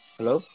Hello